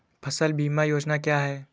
फसल बीमा योजना क्या है?